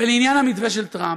ולעניין המתווה של טראמפ,